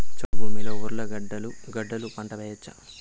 చౌడు భూమిలో ఉర్లగడ్డలు గడ్డలు పంట వేయచ్చా?